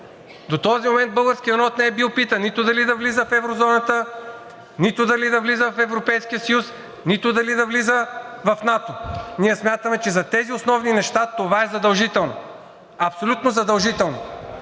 До този момент българският народ не е бил питан нито дали да влиза в еврозоната, нито дали да влиза в Европейския съюз, нито дали да влиза в НАТО. Ние смятаме, че за тези основни неща това е задължително, абсолютно задължително.